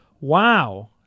Wow